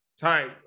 tight